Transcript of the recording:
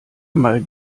mal